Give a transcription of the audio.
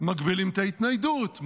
מגבילים את ההתניידות,